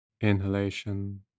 inhalation